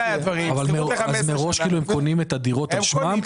אז מראש כאילו הם קונים את הדירות על שמם?